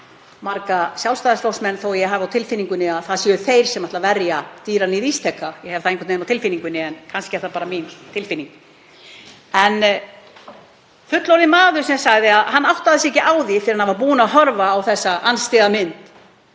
við marga Sjálfstæðisflokksmenn, þótt ég hafi á tilfinningunni að það séu þeir sem ætli að verja dýraníð Ísteka. Ég hef það einhvern veginn á tilfinningunni, en kannski er það bara mín tilfinning. En þetta var fullorðinn maður sem sagði að hann áttaði sig ekki á því fyrr en hann var búinn að horfa á þessa andstyggðarmynd